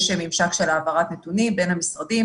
יש ממשק של העברת נתונים בין המשרדים.